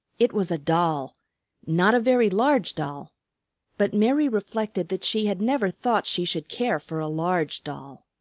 it was a doll not a very large doll but mary reflected that she had never thought she should care for a large doll.